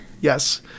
Yes